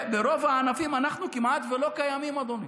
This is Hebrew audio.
ברוב הענפים אנחנו כמעט ולא קיימים, אדוני.